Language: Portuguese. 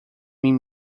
mim